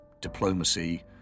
diplomacy